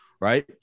right